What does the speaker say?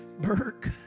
Burke